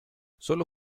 sólo